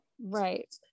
Right